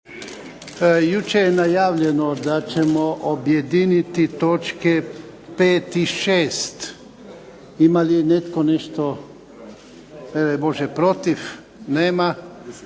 Jučer je najavljeno da ćemo objediniti točke 5. i 6. Ima li netko protiv? Nema.